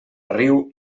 riu